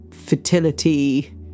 fertility